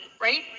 Right